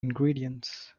ingredients